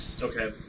Okay